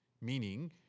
meaning